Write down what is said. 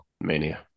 Mania